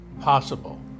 possible